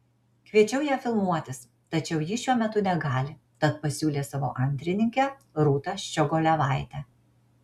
kviečiau ją filmuotis tačiau ji šiuo metu negali tad pasiūlė savo antrininkę rūtą ščiogolevaitę